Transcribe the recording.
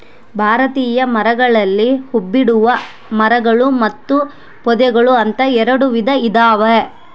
ಭಾರತೀಯ ಮರಗಳಲ್ಲಿ ಹೂಬಿಡುವ ಮರಗಳು ಮತ್ತು ಪೊದೆಗಳು ಅಂತ ಎರೆಡು ವಿಧ ಇದಾವ